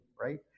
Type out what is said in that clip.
right